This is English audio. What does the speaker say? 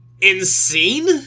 insane